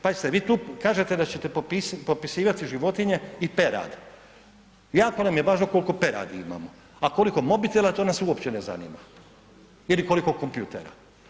Pazite, vi tu kažete da ćete popisivati životinje i perad, jako nam je važno koliko peradi imamo, a koliko mobitela, to nas uopće na zanima ili koliko kompjutera.